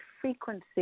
frequency